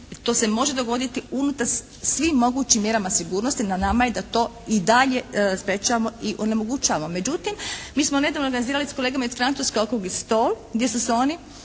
to se može dogoditi unutar svim mogućim mjerama sigurnosti, na nama je da to i dalje sprječavamo i onemogućavamo. Međutim mi smo nedavno organizirali s kolegama iz Francuske okrugli stol gdje su se oni,